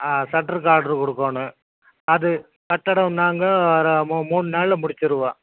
ஆ சட்ருக்கு ஆர்ட்ரு கொடுக்கோணும் அது கட்டிடம் நாங்கள் ஒரு மூ மூணு நாளில் முடிச்சிருவோம்